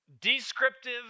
descriptive